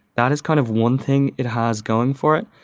that is kind of one thing it has going for it.